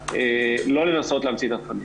לא לנסות להמציא את התכנים.